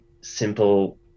simple